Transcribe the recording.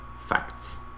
facts